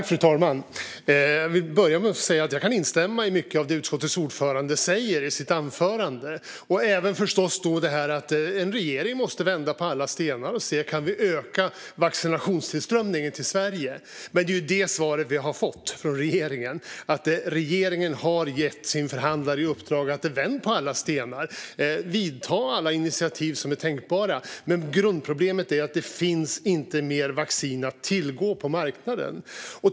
Fru talman! Jag vill börja med att säga att jag kan instämma i mycket av det utskottets ordförande säger i sitt anförande, även att en regering måste vända på alla stenar och se om man kan öka vaccintillströmningen till Sverige. Men där har vi ju fått svar från regeringen att man har gett sin förhandlare i uppdrag att vända på alla stenar och att vidta alla åtgärder som är tänkbara. Grundproblemet är att det inte finns mer vaccin att tillgå på marknaden.